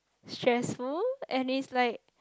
stressful and it's like